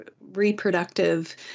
reproductive